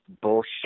bullshit